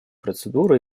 процедуры